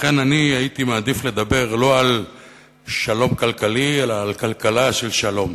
לכן אני הייתי מעדיף לדבר לא על שלום כלכלי אלא על כלכלה של שלום.